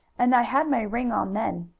and i had my ring on then.